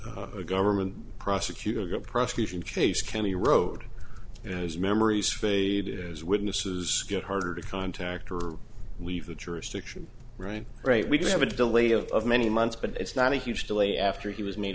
a government prosecutor prosecution case can erode and as memories fade as witnesses get harder to contact or leave the jurisdiction right right we do have a delay of many months but it's not a huge delay after he was made